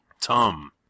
Tom